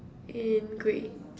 in grey